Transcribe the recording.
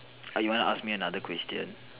err you wanna ask me another question